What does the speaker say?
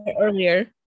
earlier